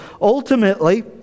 ultimately